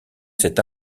cet